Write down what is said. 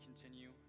continue